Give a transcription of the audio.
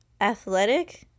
athletic